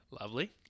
Lovely